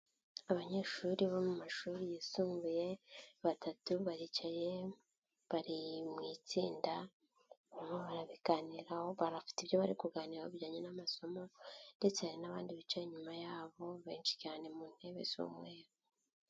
Abanyeshuri bo mu mashuri yisumbuye batatu baricaye, bari mu itsinda, ubu barabiganiraho barafite ibyo bari kuganiraho bijyanye n'amasomo ndetse hari n'abandi bicaye inyuma yabo, benshi cyane mu ntebe z'umweru.